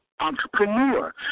entrepreneur